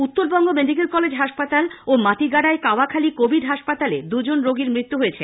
Uttarbanga medical college হাসপাতাল ও মাটিগাড়ায় কাওয়াখালি কোভিড হাসপাতালে দুজন রোগীর মৃত্যু হয়েছে